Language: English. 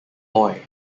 loy